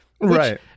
right